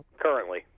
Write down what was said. Currently